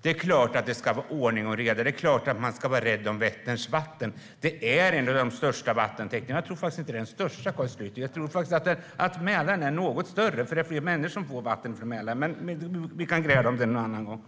Det är klart att det ska vara ordning och reda och att man ska vara rädd om Vätterns vatten. Det är en av de största vattentäkterna i Sverige. Jag tror faktiskt inte att det är den största, Carl Schlyter, utan att Mälaren är något större, då det är fler människor som får vatten från Mälaren. Men vi kan gräla om det någon annan gång.